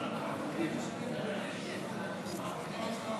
ההסתייגות